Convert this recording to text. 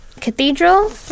cathedral